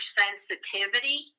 sensitivity